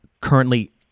currently